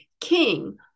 king